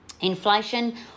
inflation